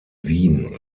wien